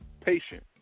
patient